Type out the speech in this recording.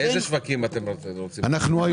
אילו שווקים אתם רוצים לפתוח?